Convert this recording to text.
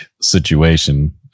situation